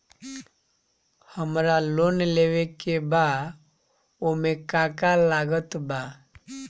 हमरा लोन लेवे के बा ओमे का का लागत बा?